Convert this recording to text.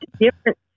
different